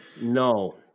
No